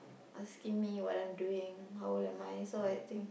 asking me what am I doing how old am I so I think